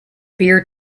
beer